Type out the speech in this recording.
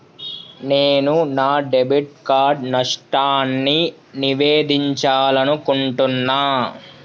నేను నా debit card నష్టాన్ని నివేదించాలనుకుంటున్నా